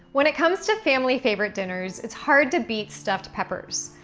when it comes to family favorite dinners, it's hard to beat stuffed peppers.